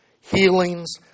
healings